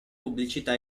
pubblicità